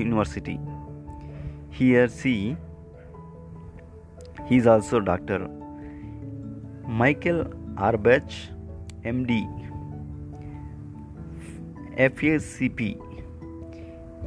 University. Here see- he is also Dr. Michael Arbach, MD. FACP.